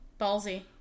Ballsy